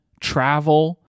travel